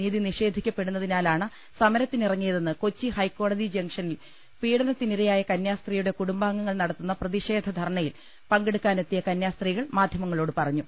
നീതി നിഷേധിക്കപ്പെ ടു ന്ന തി നാലാണ് സമരത്തിന് ഇറങ്ങിയ തെന്ന് കൊച്ചി ഹൈക്കോടതി ജംഗ്ഷനിൽ പീഡനത്തിനിരയായ കന്യാസ്ത്രീ യുടെ കുടുംബാംഗങ്ങൾ നടത്തുന്ന പ്രതിഷേധ ധർണയിൽ പങ്കെടുക്കാനെത്തിയ കന്യാസ്ത്രീകൾ മാധ്യമങ്ങളോട് പറ ഞ്ഞു